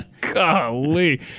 Golly